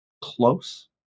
close